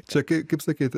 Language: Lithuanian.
čia kai kaip sakyti